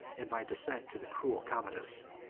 and by descent to the cruel commodus.